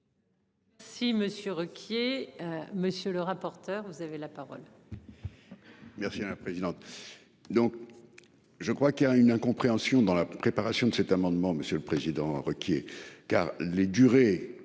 Si Monsieur Ruquier. Monsieur le rapporteur. Vous avez la parole. Merci à la présidente. Donc. Je crois qu'il y a une incompréhension dans la préparation de cet amendement. Monsieur le Président Ruquier car les durées